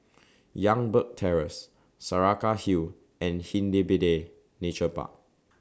Youngberg Terrace Saraca Hill and Nature Park